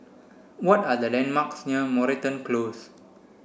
what are the landmarks near Moreton Close